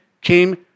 came